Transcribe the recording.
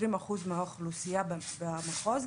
כ-20% מהאוכלוסייה במחוז,